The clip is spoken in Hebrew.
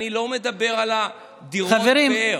חברים,